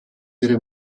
ihre